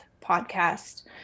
podcast